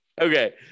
Okay